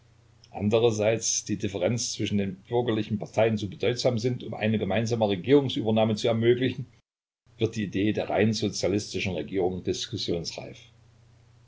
andererseits die differenzen zwischen den bürgerlichen parteien zu bedeutsam sind um eine gemeinsame regierungsübernahme zu ermöglichen wird die idee der reinsozialistischen regierung diskussionsreif